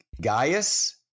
Gaius